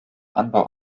anbau